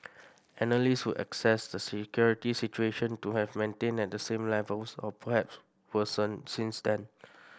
analyst would assess the security situation to have maintained at the same levels or perhaps worsened since then